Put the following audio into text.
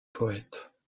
poète